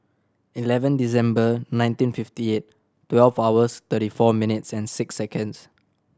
eleven December nineteen fifty eight twelve hours thirty four minutes and six seconds